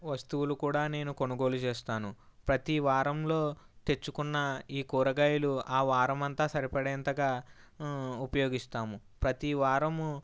వస్తువులు కూడా నేను కొనుగోలు చేస్తాను ప్రతి వారంలో తెచ్చుకున్న ఈ కూరగాయలు ఆ వారం అంతా సరిపడే అంతగా ఉపయోగిస్తాము ప్రతి వారము